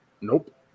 Nope